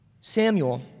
Samuel